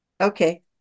Okay